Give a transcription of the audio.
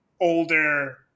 older